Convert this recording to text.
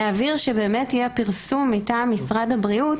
להבהיר שבאמת יהיה פרסום מטעם משרד הבריאות